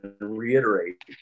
reiterate